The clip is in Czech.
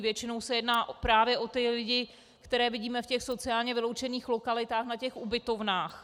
Většinou se jedná právě o ty lidi, které vidíme v sociálně vyloučených lokalitách na těch ubytovnách.